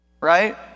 Right